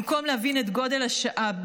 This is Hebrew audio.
במקום להבין את גודל השעה,